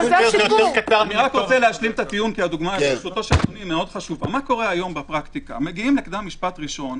מה קורה היום בפרקטיקה מגיעים לקדם משפט ראשון,